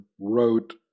wrote